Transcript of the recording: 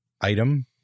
item